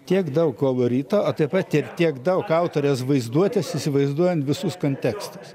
tiek daug kovo ryto o taip pat ir tiek daug autorės vaizduotės įsivaizduojant visus kontekstus